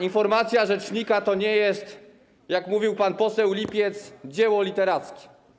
Informacja rzecznika to nie jest, jak mówił pan poseł Lipiec, dzieło literackie.